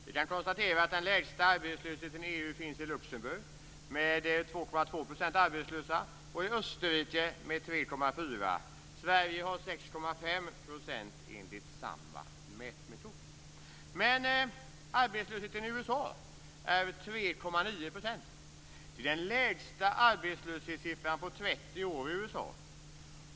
Vi kan konstatera att den lägsta arbetslösheten i EU finns i Luxemburg, där den är 2,2 %, och i Österrike, där den är 3,4 %. Sverige har enligt samma mätmetod 6,5 % arbetslöshet. Arbetslösheten i USA är 3,9 %. Det är USA:s lägsta arbetslöshetssiffra på 30 år.